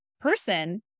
person